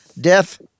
Death